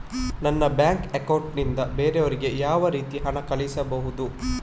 ನನ್ನ bank account ನಿಂದ ಬೇರೆಯವರಿಗೆ ಯಾವ ರೀತಿ ಹಣ ಕಳಿಸಬಹುದು?